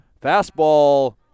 Fastball